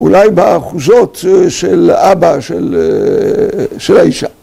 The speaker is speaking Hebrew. ‫אולי באחוזות של אבא, של האישה.